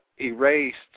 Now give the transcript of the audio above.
erased